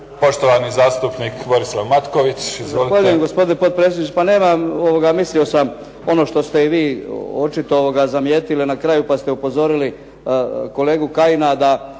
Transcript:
Poštovani zastupnik Borislav Matković. Izvolite. **Matković, Borislav (HDZ)** Zahvaljujem gospodine potpredsjedniče. Pa nemam, mislio sam ono što ste i vi očito zamijetili na kraju, pa ste upozorili kolegu Kajina da